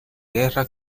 guerra